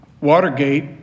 Watergate